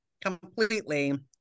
completely